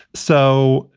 so,